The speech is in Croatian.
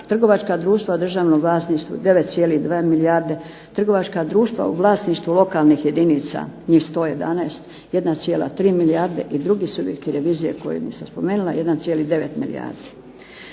trgovačka društva u državnom vlasništvu 9,2 milijarde, trgovačka društva u vlasništvu lokalnih jedinica njih 111 1,3 milijarde i drugi subjekti revizije koje nisam spomenula 1,9 milijardi.